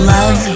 Love